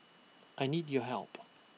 I need your help